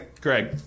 Greg